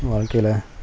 வாழ்க்கையில்